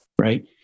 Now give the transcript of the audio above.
right